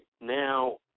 now